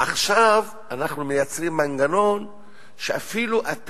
עכשיו אנחנו מייצרים מנגנון שאפילו אתה,